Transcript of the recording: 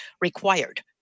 required